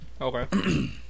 Okay